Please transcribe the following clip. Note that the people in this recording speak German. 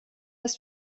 ist